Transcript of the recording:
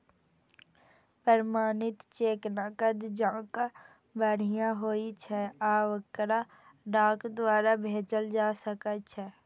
प्रमाणित चेक नकद जकां बढ़िया होइ छै आ एकरा डाक द्वारा भेजल जा सकै छै